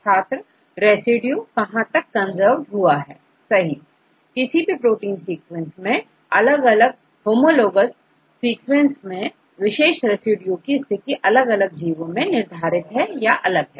छात्र रेसिड्यू कहां तक कंजर्व्ड हुआ है सही किसी भी प्रोटीन सीक्वेंस में अलग अलग होमोलोगाउज सीक्वेंस में विशेष रेसिड्यू की स्थिति अलग अलग जीवो में निर्धारित है या अलग है